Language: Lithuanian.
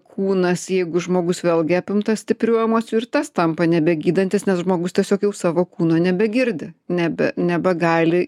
kūnas jeigu žmogus vėlgi apimtas stiprių emocijų ir tas tampa nebegydantis nes žmogus tiesiog jau savo kūno nebegirdi nebe nebegali